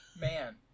man